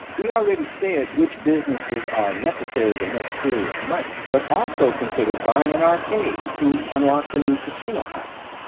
we already said which businesses are necessary to make serious money, but also consider buying an arcade to unlock the new casino heist.